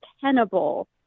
tenable